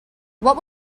what